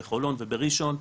בחולון ובראשון,